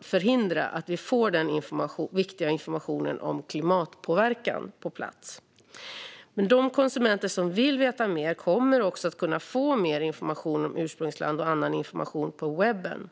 förhindra att vi får den viktiga informationen om klimatpåverkan på plats. De konsumenter som vill veta mer kommer också att kunna få mer information om ursprungsland och annan information på webben.